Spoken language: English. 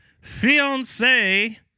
fiance